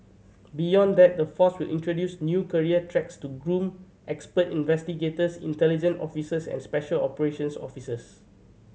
beyond that the force will introduce new career tracks to groom expert investigators intelligent officers and special operations officers